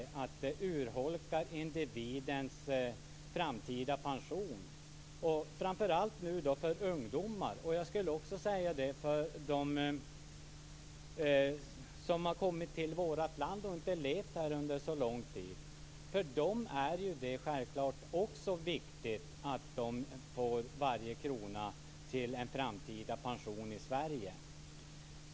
Det är att det urholkar individens framtida pension, framför allt för ungdomar. Och för dem som har kommit till vårt land och inte levt här under så lång tid är det också viktigt att få varje krona till en framtida pension i Sverige.